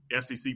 SEC